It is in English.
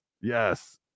yes